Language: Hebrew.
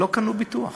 לא קנו ביטוח,